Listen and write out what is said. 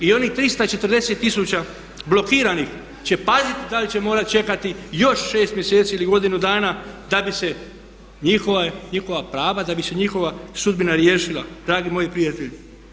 I onih 340 tisuća blokiranih će paziti da li će morati čekati još 6 mjeseci ili godinu dana da bi se njihova prava da bi se njihova sudbina riješila, dragi moji prijatelji.